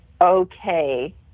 okay